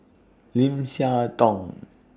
Lim Siah Tong